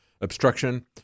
obstruction